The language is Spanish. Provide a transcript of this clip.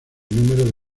número